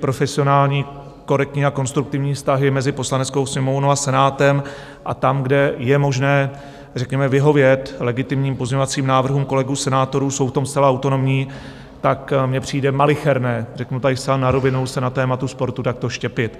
profesionální korektní a konstruktivní vztahy mezi Poslaneckou sněmovnou a Senátem, a tam, kde je možné řekněme vyhovět legitimním pozměňovacím návrhům kolegů senátorů, jsou v tom zcela autonomní, tak mně přijde malicherné, řeknu tady zcela na rovinu, se na tématu sportu takto štěpit.